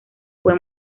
fue